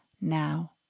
now